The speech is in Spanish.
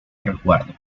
resguardo